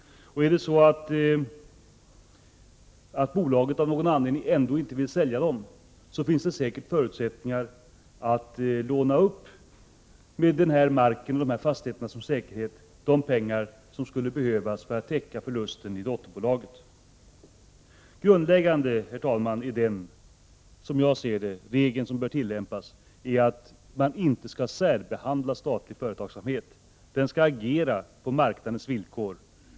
Är det så att bolaget av någon anledning ändå inte vill sälja, finns det säkert förutsättningar att med marken och fastigheterna som säkerhet låna de pengar som skulle behövas för att täcka förlusten i dotterbolaget. Herr talman! Den grundläggande regeln som bör tillämpas, som jag ser det, är att man inte skall särbehandla statlig företagsamhet. Den skall agera på marknadens villkor.